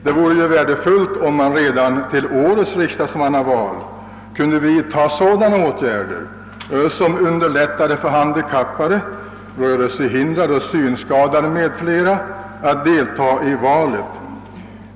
Det vore ju värdefullt om man redan till årets riksdagsmannaval kunde vidta sådana åtgärder som underlättade för handikappade — rörelsehindrade, synskadade m.fl. — att delta i valet.